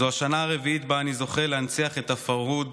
זו השנה הרביעית שבה אני זוכה להנציח את הפרהוד